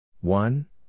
One